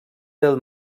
del